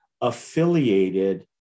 affiliated